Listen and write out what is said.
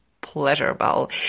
pleasurable